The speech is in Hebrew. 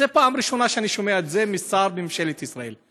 זו פעם ראשונה שאני שומע את זה משר בממשלת ישראל.